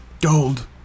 Gold